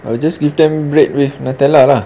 I will just give them bread with nutella lah